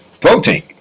protein